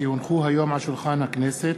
כי הונחו היום על שולחן הכנסת,